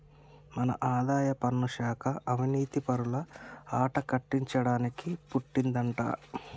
మన ఆదాయపన్ను శాఖ అవనీతిపరుల ఆట కట్టించడానికి పుట్టిందంటా